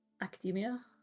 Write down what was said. academia